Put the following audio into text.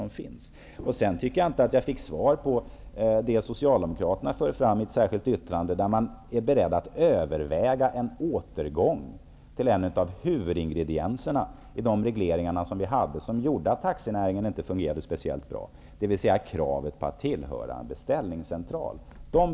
Jag tycker inte att jag fick svar på min fråga om det som Socialdemokraterna för fram i ett särskilt yttrande. Är man beredd att överväga en återgång till en av huvudingredienserna i den reglering som gjorde att taxinäringen inte fungerade speciellt bra, nämligen kravet på anslutning till en beställningscentral?